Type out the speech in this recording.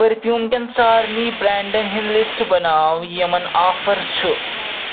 پٔرفیٛوٗمہٕ کٮ۪ن سارنٕے بریٚنٛڈن ہُنٛد لِسٹ بناو یِمَن آفر چھُ